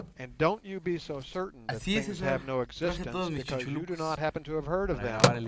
and don't you be so certain that things have no existence because you do not happen to have heard of them.